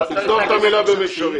לכתוב את המלה במישרין,